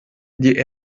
die